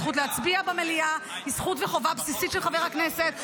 הזכות להצביע במליאה היא זכות וחובה בסיסית של חבר הכנסת,